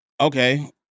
okay